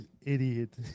idiot